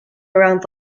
around